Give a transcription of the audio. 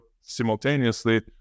simultaneously